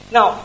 Now